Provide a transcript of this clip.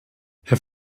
herr